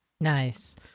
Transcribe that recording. nice